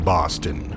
Boston